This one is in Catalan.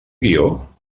guió